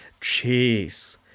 Jeez